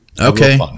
okay